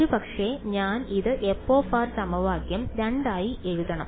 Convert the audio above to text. ഒരുപക്ഷെ ഞാൻ ഇത് f സമവാക്യം 2 ആയി എഴുതണം